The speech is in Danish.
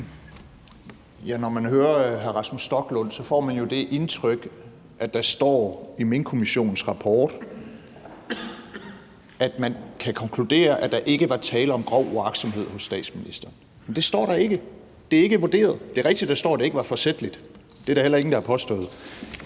Når man hører hr. Rasmus Stoklund, får man jo det indtryk, at der står i Minkkommissionens rapport, at man kan konkludere, at der ikke var tale om grov uagtsomhed hos statsministeren. Men det står der ikke. Det har man ikke vurderet. Det er rigtig, at der står, at det ikke var forsætligt – det er der heller ingen der har påstået.